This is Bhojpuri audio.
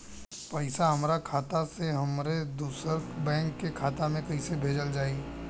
पैसा हमरा खाता से हमारे दोसर बैंक के खाता मे कैसे भेजल जायी?